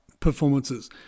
performances